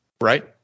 right